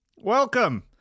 welcome